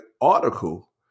article